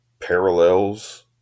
parallels